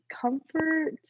comfort